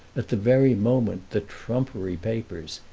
at the very moment the trumpery papers,